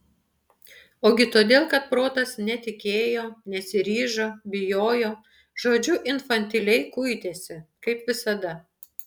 ogi todėl kad protas netikėjo nesiryžo bijojo žodžiu infantiliai kuitėsi kaip visada